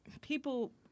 People